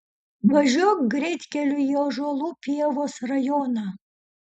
važiuok greitkeliu į ąžuolų pievos rajoną